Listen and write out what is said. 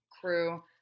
crew